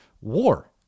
war